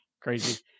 Crazy